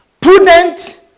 prudent